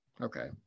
okay